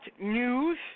news